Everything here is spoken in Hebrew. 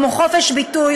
כמו חופש ביטוי,